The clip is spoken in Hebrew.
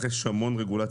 ברוך הבא, תצטרף אלינו.